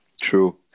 true